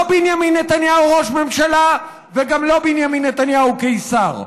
לא בנימין נתניהו ראש ממשלה וגם לא בנימין נתניהו קיסר.